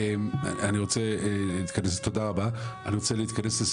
אני רוצה להתכנס לסיכום,